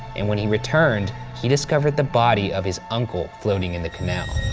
and when he returned, he discovered the body of his uncle floating in the canal.